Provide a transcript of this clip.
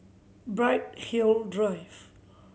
Bright Hill Drive